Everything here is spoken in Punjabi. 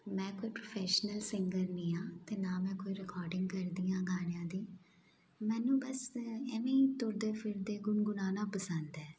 ਮੈਂ ਕੋਈ ਪ੍ਰੋਫੈਸ਼ਨਲ ਸਿੰਗਰ ਨਹੀਂ ਹਾਂ ਅਤੇ ਨਾ ਮੈਂ ਕੋਈ ਰਿਕਾਰਡਿੰਗ ਕਰਦੀ ਹਾਂ ਗਾਣਿਆਂ ਦੀ ਮੈਨੂੰ ਬਸ ਐਵੇਂ ਹੀ ਤੁਰਦੇ ਫਿਰਦੇ ਗੁਣਗੁਣਾਉਣਾ ਪਸੰਦ ਹੈ